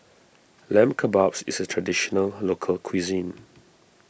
Lamb Kebabs is a Traditional Local Cuisine